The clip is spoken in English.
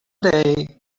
day